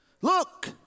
Look